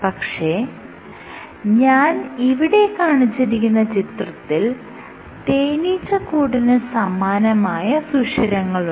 പക്ഷെ ഞാൻ ഇവിടെ കാണിച്ചിരിക്കുന്ന ചിത്രത്തിൽ തേനീച്ച കൂടിന് സമാനമായ സുഷിരങ്ങളുണ്ട്